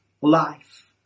life